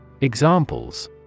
Examples